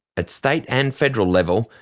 at state and federal level,